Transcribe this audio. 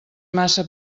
massa